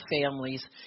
families